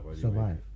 survive